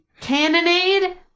Cannonade